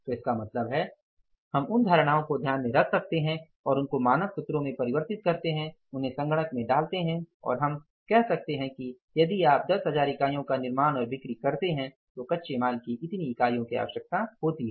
तो इसका मतलब है हम उन धारणाओं को ध्यान में रख सकते हैं और उनको मानक सूत्रों में परिवर्तित करते हैं उन्हें कंप्यूटरों में डालते हैं और हम कह सकते हैं कि यदि आप 10 हजार इकाइयों का निर्माण और बिक्री करते हैं तो कच्चे माल की इतनी इकाइयों की आवश्यकता होती है